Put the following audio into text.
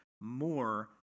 more